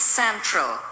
central